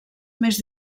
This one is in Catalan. més